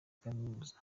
kaminuza